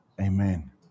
Amen